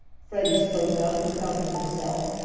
freddie spoke up, recovering himself,